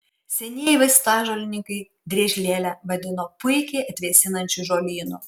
senieji vaistažolininkai driežlielę vadino puikiai atvėsinančiu žolynu